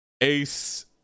ace